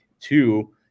two